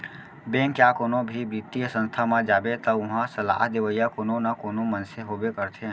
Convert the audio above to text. bank या कोनो भी बित्तीय संस्था म जाबे त उहां सलाह देवइया कोनो न कोनो मनसे होबे करथे